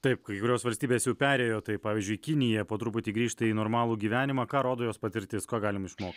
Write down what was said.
taip kai kurios valstybės jau perėjo tai pavyzdžiui kinija po truputį grįžta į normalų gyvenimą ką rodo jos patirtis ko galim išmokt